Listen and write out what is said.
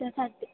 त्यासाठी